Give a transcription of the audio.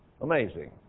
Amazing